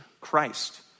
Christ